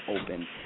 open